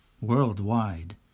worldwide